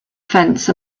fence